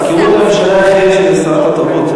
מזכירות הממשלה החליטה שזו שרת התרבות.